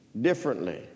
differently